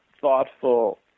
thoughtful